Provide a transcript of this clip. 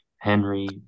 Henry